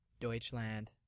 Deutschland